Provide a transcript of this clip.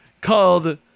called